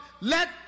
let